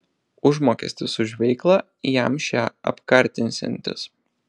užmokestis už veiklą jam šią apkartinsiantis